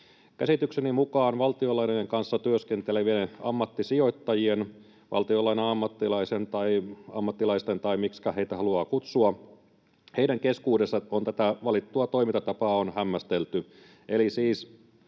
Käsitykseni mukaan valtionlainojen kanssa työskentelevien ammattisijoittajien tai valtionlaina-ammattilaisten — tai miksikä heitä haluaa kutsua — keskuudessa tätä valittua toimintatapaa on hämmästelty.